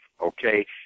Okay